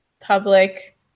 public –